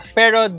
pero